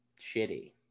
shitty